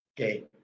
Okay